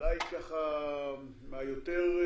אולי ככה מהיותר,